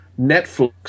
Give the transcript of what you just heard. Netflix